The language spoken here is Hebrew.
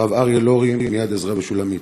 והרב אריה לורי מ"יד עזרא ושולמית".